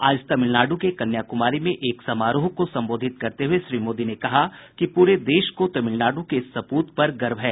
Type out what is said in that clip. आज तमिलनाडु के कन्याकुमारी में एक समारोह को संबोधित करते हुए श्री मोदी ने कहा कि पूरे देश को तमिलनाडु के इस सपूत पर गर्व है